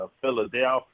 Philadelphia